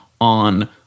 on